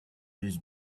this